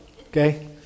okay